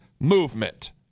movement